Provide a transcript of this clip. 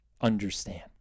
understand